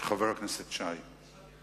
חבר הכנסת נחמן שי.